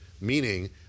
meaning